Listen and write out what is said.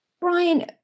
brian